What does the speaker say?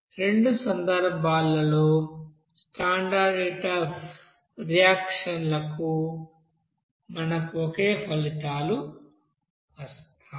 రెండు సందర్భాల్లో standard heat of reaction లకు మనకు ఒకే ఫలితాలు వస్తాయి